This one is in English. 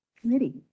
committee